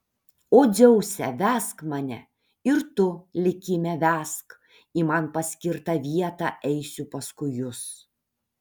o dzeuse vesk mane ir tu likime vesk į man paskirtą vietą eisiu paskui jus